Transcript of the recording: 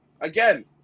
Again